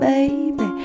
Baby